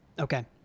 Okay